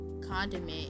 Condiment